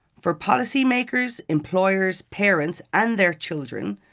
for policymakers, employers, parents and their children,